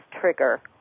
trigger